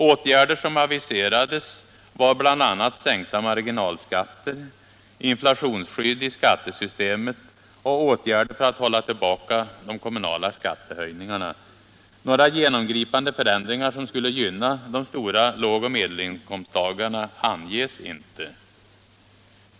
Åtgärder som aviseras är bl.a. sänkta marginalskatter, inflationsskydd i skattesystemet och åtgärder för att hålla tillbaka de kommunala skattehöjningarna. Några genomgripande förändringar som skulle gynna de stora grupperna lågoch medelinkomsttagare anges inte.